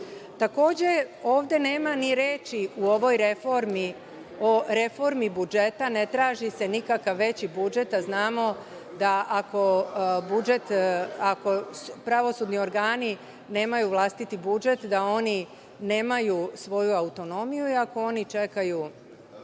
SNS.Ovde nema ni reči, u ovoj reformi, o reformi budžeta ne traži se nikakav veći budžet, a znamo da ako pravosudni organi nemaju vlastiti budžet, da oni nemaju svoju autonomiju i ako oni čekaju